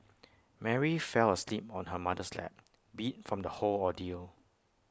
Mary fell asleep on her mother's lap beat from the whole ordeal